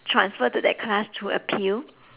transfer to that class through appeal